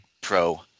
pro